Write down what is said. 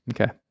Okay